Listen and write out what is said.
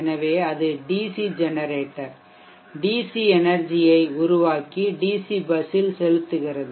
எனவே அது DC generator DC energy ஐ உருவாக்கி டிசி பஸ்ஸில் செலுத்துகிறது